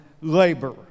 labor